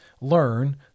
learn